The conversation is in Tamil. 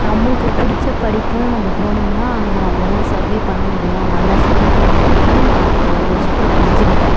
நம்பளுக்கு பிடிச்ச படிப்புன்னு நம்ப போனோம்னா அங்கே நம்மளால் சர்வே பண்ண முடியும் நல்லா ஸ்கோர் பண்ண முடியுன்னு நான் அந்த ஒரு வருஷத்தில் புரிஞ்சுக்கிட்டேன்